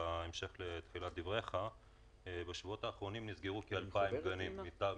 המשפחתונים והפעוטונים כעסק,